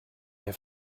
have